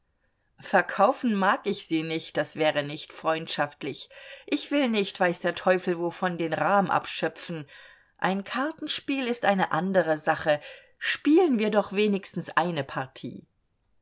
verkaufen mag ich sie nicht das wäre nicht freundschaftlich ich will nicht weiß der teufel wovon den rahm abschöpfen ein kartenspiel ist eine andere sache spielen wir doch wenigstens eine partie